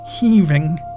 heaving